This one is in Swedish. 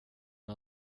när